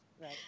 Right